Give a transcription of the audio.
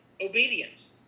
obedience